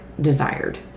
desired